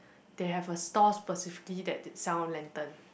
they have a store specifically that sell lantern